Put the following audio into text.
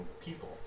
people